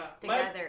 together